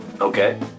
Okay